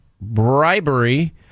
bribery